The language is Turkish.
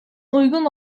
uygun